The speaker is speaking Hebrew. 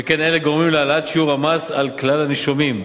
שכן אלה גורמים להעלאת שיעור המס על כלל הנישומים.